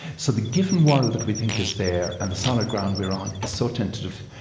so the given world that we think is there, and the solid ground we are on, is so tentative.